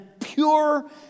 pure